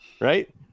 right